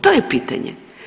To je pitanje.